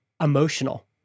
emotional